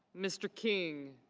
mr. king.